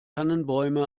tannenbäume